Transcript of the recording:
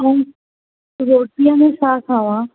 रोटीअ में छा खावां